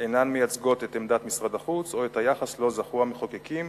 אינן מייצגות את עמדת משרד החוץ או את היחס שזכו לו המחוקקים